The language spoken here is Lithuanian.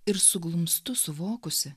ir suglumstu suvokusi